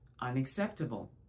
Unacceptable